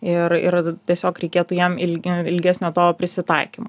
ir ir tiesiog reikėtų jam ilgiau ilgesnio to prisitaikymo